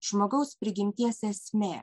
žmogaus prigimties esmė